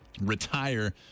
retire